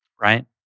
right